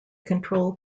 control